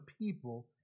people